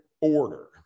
order